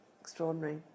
extraordinary